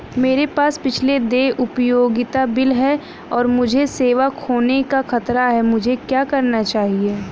मेरे पास पिछले देय उपयोगिता बिल हैं और मुझे सेवा खोने का खतरा है मुझे क्या करना चाहिए?